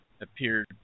appeared